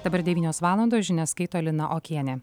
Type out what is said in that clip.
dabar devynios valandos žinias skaito lina okienė